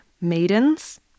maidens